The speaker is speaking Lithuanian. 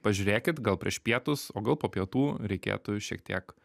pažiūrėkit gal prieš pietus o gal po pietų reikėtų šiek tiek